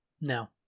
no